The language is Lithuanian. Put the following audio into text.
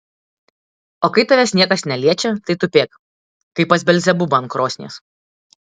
o kai tavęs niekas neliečia tai tupėk kaip pas belzebubą ant krosnies